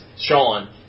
Sean